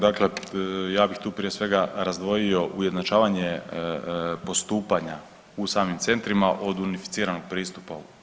Dakle, ja bih tu prije svega razdvojio ujednačavanje postupanja u samim centrima od unificiranog pristupa.